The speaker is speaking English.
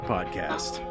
Podcast